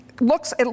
looks